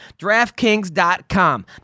DraftKings.com